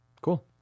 cool